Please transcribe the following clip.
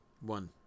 one